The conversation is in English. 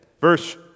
Verse